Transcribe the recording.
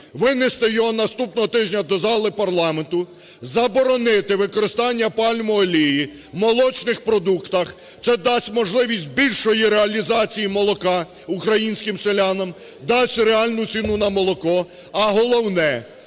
винести його наступного тижня до зали парламенту, заборонити використання пальмової олії в молочних продуктах, це дасть можливість більшої реалізації молока українським селянам, дасть реальну ціну на молоко, а головне –